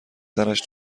سرش